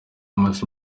amaze